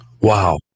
Wow